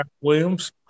Williams